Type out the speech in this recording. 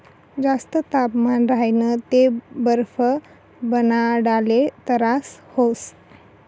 जास्त तापमान राह्यनं ते बरफ बनाडाले तरास व्हस